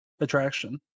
attraction